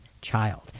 child